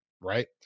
right